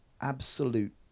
absolute